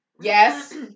Yes